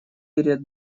перед